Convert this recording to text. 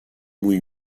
مویی